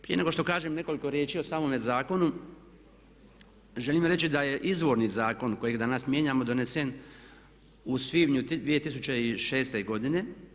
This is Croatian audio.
Prije nego što kažem nekoliko riječi o samome zakonu želim reći da je izvorni zakon kojeg danas mijenjamo donesen u svibnju 2006. godine.